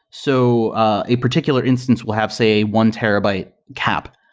so ah a particular instance will have, say, one terabyte cap.